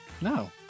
No